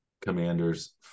commanders